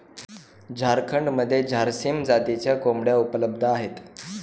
झारखंडमध्ये झारसीम जातीच्या कोंबड्या उपलब्ध आहेत